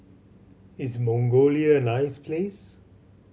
is Mongolia a nice place